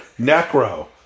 necro